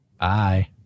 Bye